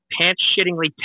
pants-shittingly